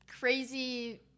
crazy